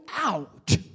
out